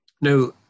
Now